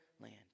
land